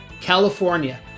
California